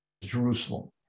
Jerusalem